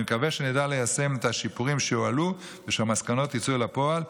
אני מקווה שנדע ליישם את השיפורים שהועלו ושהמסקנות יצאו לפועל.